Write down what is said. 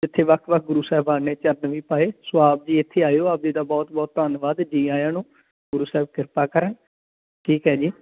ਇੱਥੇ ਵੱਖ ਵੱਖ ਗੁਰੂ ਸਾਹਿਬਾਨ ਨੇ ਚਰਨ ਵੀ ਪਾਏ ਸੋ ਆਪ ਜੀ ਇੱਥੇ ਆਇਓ ਆਪ ਜੀ ਦਾ ਬਹੁਤ ਬਹੁਤ ਧੰਨਵਾਦ ਜੀ ਆਇਆਂ ਨੂੰ ਗੁਰੂ ਸਾਹਿਬ ਕਿਰਪਾ ਕਰਨ ਠੀਕ ਹੈ ਜੀ